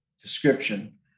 description